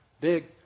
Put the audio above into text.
Big